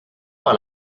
par